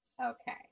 Okay